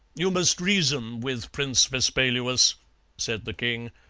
you must reason with prince vespaluus said the king,